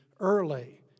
Early